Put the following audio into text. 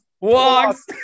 walks